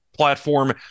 platform